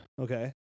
Okay